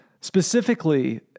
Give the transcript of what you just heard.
Specifically